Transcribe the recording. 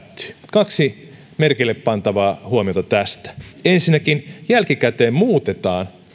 kaksi merkille pantavaa huomiota tästä ensinnäkin jälkikäteen muutetaan